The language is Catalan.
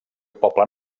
poble